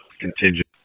contingent